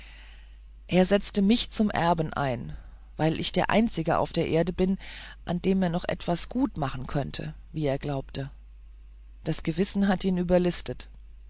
er setzte mich zum erben ein weil ich der einzige auf der erde bin an dem er noch etwas gutmachen könnte wie er glaubte das gewissen hat ihn überlistet